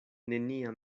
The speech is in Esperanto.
nenia